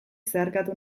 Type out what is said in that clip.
zeharkatu